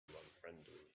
unfriendly